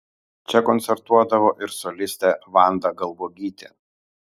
čia koncertuodavo ir solistė vanda galbuogytė